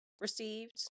received